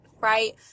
right